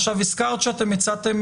עכשיו, הזכרת שאתם הצעתם